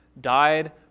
died